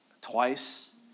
twice